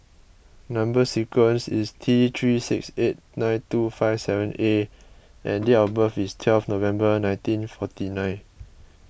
Number Sequence is T three six eight nine two five seven A and date of birth is twelve November nineteen forty nine